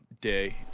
day